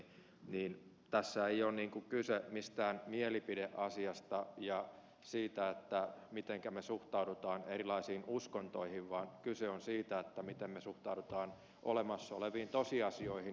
joten tässä ei ole kyse mistään mielipideasiasta eikä siitä mitenkä me suhtaudumme erilaisiin uskontoihin vaan kyse on siitä miten me suhtaudumme olemassa oleviin tosiasioihin